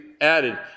added